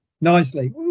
nicely